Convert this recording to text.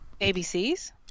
abcs